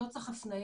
אין צורך בהפניה,